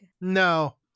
No